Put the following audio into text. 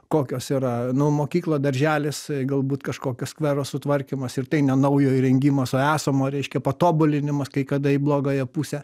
kokios yra nu mokykla darželis galbūt kažkokio skvero sutvarkymas ir tai ne naujo įrengimas o esamo reiškia patobulinimas kai kada į blogąją pusę